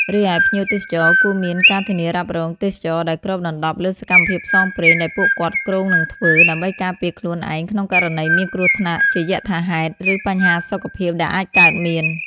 រីឯ ភ្ញៀវទេសចរគួរមានការធានារ៉ាប់រងទេសចរណ៍ដែលគ្របដណ្ដប់លើសកម្មភាពផ្សងព្រេងដែលពួកគាត់គ្រោងនឹងធ្វើ ដើម្បីការពារខ្លួនឯងក្នុងករណីមានគ្រោះថ្នាក់ជាយថាហេតុ ឬបញ្ហាសុខភាពដែលអាចកើតមាន។